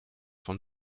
von